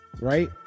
right